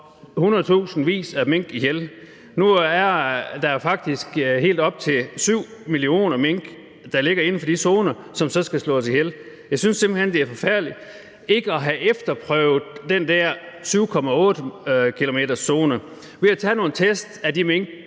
af mink ihjel. Nu er der faktisk helt op til 7 millioner mink, der ligger inden for de zoner, og som så skal slås ihjel. Jeg synes simpelt hen, det er forfærdeligt ikke at have efterprøvet den der 7,8-kilometerszone ved at tage nogle test af de mink,